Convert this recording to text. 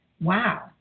Wow